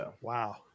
Wow